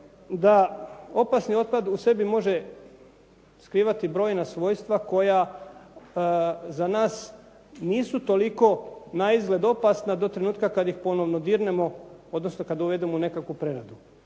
da opasni otpad u sebi može skrivati brojna svojstva koja za nas nisu toliko naizgled opasna do trenutka kada ih ponovno dirnemo, odnosno kada uvedemo u nekakvu preradu.